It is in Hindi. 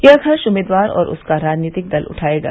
यह खर्च उम्मीदवार और उसका राजनीतिक दल उठायेगा